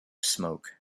smoke